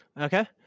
Okay